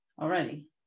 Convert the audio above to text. already